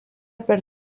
per